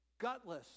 gutless